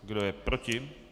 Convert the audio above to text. Kdo je proti?